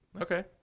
Okay